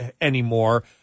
anymore